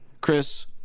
Chris